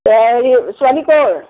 হেৰি ছোৱালী ক'ৰ